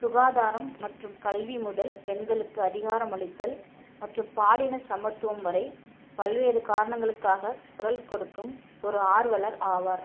சுகாதாரம் மற்றும் கல்வி முதல் பெண்களுக்கு அதிகாரமளித்தல் மற்றும் பாலின சமத்துவம் வரை பல்வேறு காரணங்களுக்காகக் குரல் கொடுக்கும் ஒரு ஆர்வலர் ஆவார்